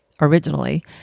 originally